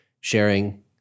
sharing